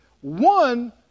one